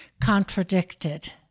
contradicted